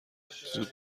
زود